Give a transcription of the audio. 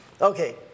Okay